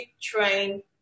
train